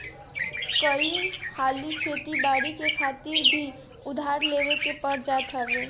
कई हाली खेती बारी करे खातिर भी उधार लेवे के पड़ जात हवे